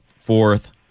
fourth